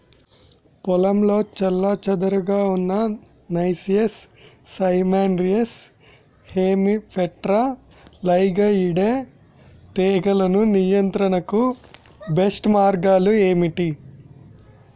పొలంలో చెల్లాచెదురుగా ఉన్న నైసియస్ సైమోయిడ్స్ హెమిప్టెరా లైగేయిడే తెగులు నియంత్రణకు బెస్ట్ మార్గాలు ఏమిటి?